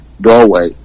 doorway